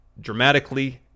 dramatically